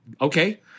okay